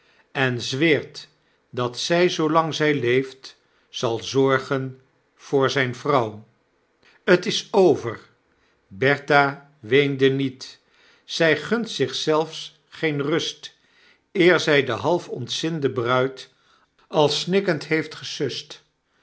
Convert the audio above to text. en zweert dat zy zoolang zy leeft zal zorgen voor zijn vrouw t is over bertha weende niet zy gunt zich zelfs geen rust eer zy de half ontzinde bruid al snikkend heeft gesust